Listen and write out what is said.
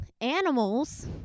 animals